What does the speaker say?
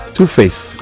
Two-Face